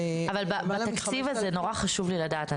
מאוד חשוב לי לדעת.